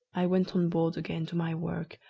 i went on board again to my work,